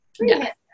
Yes